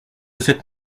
cette